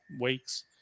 weeks